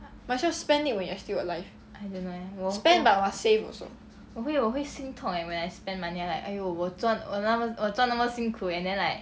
might as well spend it when you are still alive